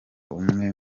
umwe